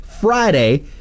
friday